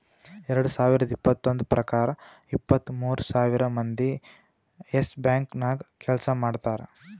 ಎರಡು ಸಾವಿರದ್ ಇಪ್ಪತ್ತೊಂದು ಪ್ರಕಾರ ಇಪ್ಪತ್ತು ಮೂರ್ ಸಾವಿರ್ ಮಂದಿ ಯೆಸ್ ಬ್ಯಾಂಕ್ ನಾಗ್ ಕೆಲ್ಸಾ ಮಾಡ್ತಾರ್